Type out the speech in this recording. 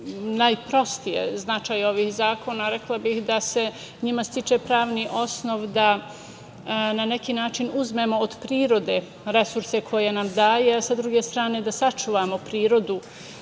najprostije značaj ovih zakona, rekla bih da se njima stiče pravni osnov da na neki način uzmemo od prirode resurse koje nam daje, a sa druge strane da sačuvamo prirodu